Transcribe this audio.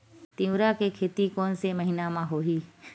तीवरा के खेती कोन से महिना म होही?